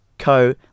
Co